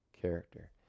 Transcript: character